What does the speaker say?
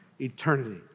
eternity